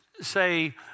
say